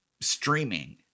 streaming